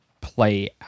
play